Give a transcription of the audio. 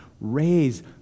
raise